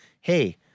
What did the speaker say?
hey